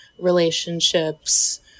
relationships